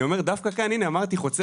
דווקא כאן הנה אמרתי, חוצה.